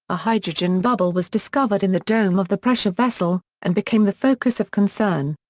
a hydrogen bubble was discovered in the dome of the pressure vessel, and became the focus of concern.